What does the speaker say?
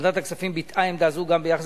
ועדת הכספים ביטאה עמדה זו גם ביחס